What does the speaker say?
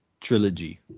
trilogy